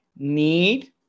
need